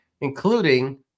Including